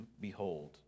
behold